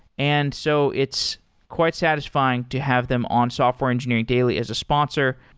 and so it's quite satisfying to have them on software engineering daily as a sponsor.